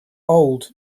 old